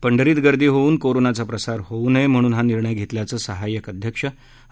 पंढरीत गर्दी होऊन कोरोनाचा प्रसार होऊ नये म्हणून हा निर्णय घेतल्याचं सहाय्यक अध्यक्ष ह